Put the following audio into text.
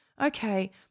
Okay